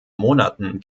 monaten